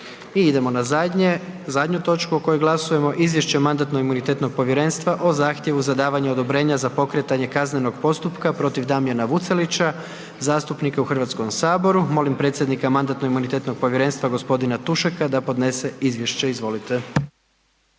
zadnje, zadnju točku o kojoj glasujemo. Izvješće mandatno-imunitetnog povjerenstva o zahtjevu za davanje odobrenja za pokretanje kaznenog postupka protiv Damjana Vucelića, zastupnika u HS, molim predsjednika mandatno-imunitetnog povjerenstva g. Tušeka da podnese izvješće, izvolite.